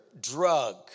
drug